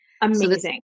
Amazing